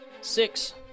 Six